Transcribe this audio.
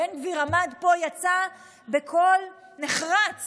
בן גביר עמד פה, יצא בקול נחרץ